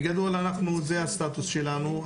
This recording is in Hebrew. בגדול, זה הסטטוס שלנו.